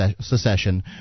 secession